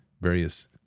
various